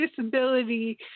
disability